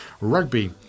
Rugby